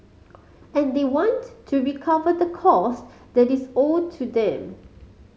and they want to recover the cost that is owed to them